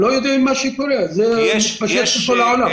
אנחנו לא יודעים מה יקרה, זה מתפשט בכל העולם.